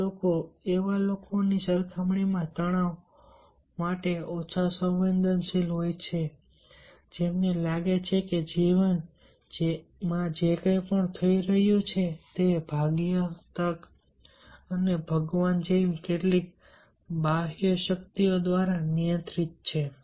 આ લોકો એવા લોકોની સરખામણીમાં તણાવ માટે ઓછા સંવેદનશીલ હોય છે જેમને લાગે છે કે જીવન જે કંઈ પણ થઈ રહ્યું છે તે ભાગ્ય તક અને ભગવાન જેવી કેટલીક બાહ્ય શક્તિઓ દ્વારા નિયંત્રિત છે